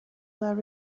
their